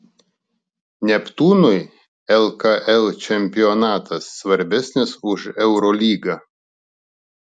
neptūnui lkl čempionatas svarbesnis už eurolygą